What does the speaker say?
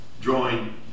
drawing